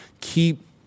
keep